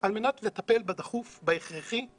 על מנת לטפל בדחוף ובהכרחי.